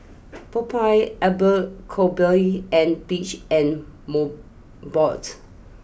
Popeyes Abercrombie and Fitch and Mobot